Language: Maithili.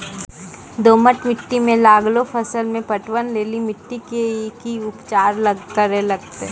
दोमट मिट्टी मे लागलो फसल मे पटवन लेली मिट्टी के की उपचार करे लगते?